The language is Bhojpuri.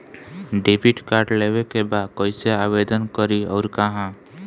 डेबिट कार्ड लेवे के बा कइसे आवेदन करी अउर कहाँ?